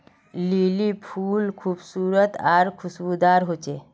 lily फुल खूबसूरत आर खुशबूदार होचे